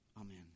Amen